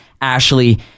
Ashley